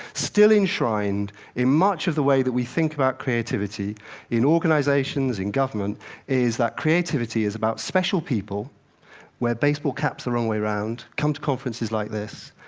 still enshrined in much of the way that we think about creativity in organizations, in government is that creativity is about special people wear baseball caps the wrong way round, come to conferences like this,